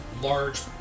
large